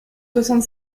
soixante